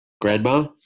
Grandma